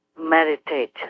Meditate